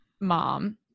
mom